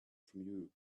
from